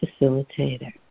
facilitator